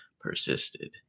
persisted